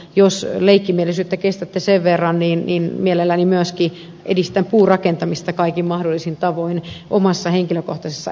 jos leikkimielisyyttä kestätte sen verran niin mielelläni myöskin edistän puurakentamista kaikin mahdollisin tavoin omassa henkilökohtaisessa elämässänikin